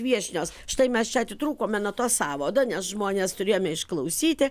viešnios štai mes čia atitrūkome nuo to sąvado nes žmones turėjome išklausyti